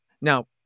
Now